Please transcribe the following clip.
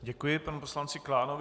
Děkuji panu poslanci Klánovi.